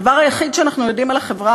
הדבר היחיד שאנחנו יודעים על החברה